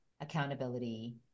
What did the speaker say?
accountability